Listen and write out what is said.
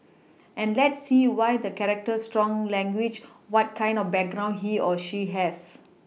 and let's see why the character strong language what kind of background he or she has